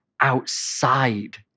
outside